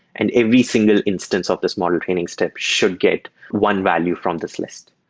and every single instance of this model training step should get one value from this list.